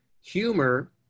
humor